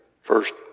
first